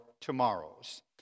tomorrows